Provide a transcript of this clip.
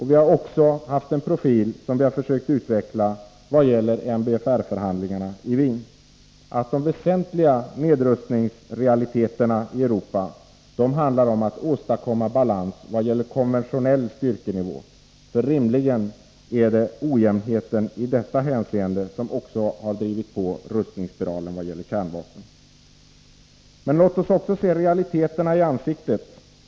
Vi har också haft en profil som vi har försökt utveckla vad gäller MBFR-förhandlingarna i Wien, att de väsentliga nedrustningsrealiteterna i Europa handlar om att åstadkomma balans i fråga om konventionell styrkenivå, för rimligen är det ojämnheten i detta hänseende som också har drivit på rustningsspiralen vad gäller kärnvapen. Låt oss se realiteterna i ansiktet!